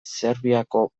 serbiako